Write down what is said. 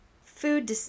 Food